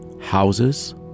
houses